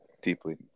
Deeply